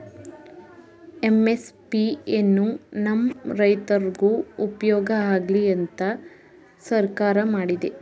MSP ಎನ್ನು ನಮ್ ರೈತ್ರುಗ್ ಉಪ್ಯೋಗ ಆಗ್ಲಿ ಅಂತ ಸರ್ಕಾರ ಮಾಡಿದೆ